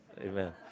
amen